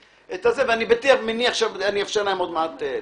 ואני אאפשר להם עוד מעט להתייחס.